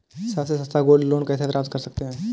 सबसे सस्ता gold loan कैसे प्राप्त कर सकते हैं?